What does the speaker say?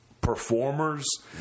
performers